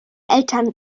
eltern